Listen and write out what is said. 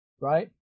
right